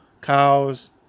cows